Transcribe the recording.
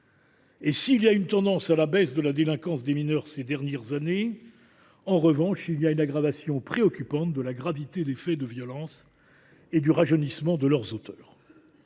S’il y a une tendance à la baisse de la délinquance des mineurs ces dernières années, on observe, en revanche, une aggravation préoccupante de la gravité des faits de violence et un rajeunissement de leurs auteurs.